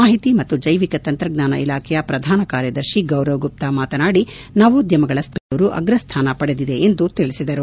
ಮಾಹಿತಿ ಮತ್ತು ಜೈವಿಕ ತಂತ್ರಜ್ಞಾನ ಇಲಾಖೆಯ ಪ್ರಧಾನ ಕಾರ್ಯದರ್ಶಿ ಗೌರವ್ ಗುಪ್ತಾ ಮಾತನಾಡಿ ನವೋದ್ಯಮಗಳ ಸ್ಟಾನದಲ್ಲಿ ಬೆಂಗಳೂರು ಅಗ್ರಸ್ಟಾನ ಪಡೆದಿದೆ ಎಂದು ತಿಳಿಸಿದರು